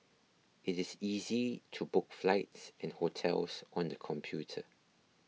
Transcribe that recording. it is easy to book flights and hotels on the computer